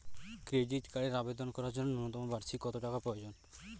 Credit কার্ডের আবেদন করার জন্য ন্যূনতম বার্ষিক কত টাকা প্রয়োজন?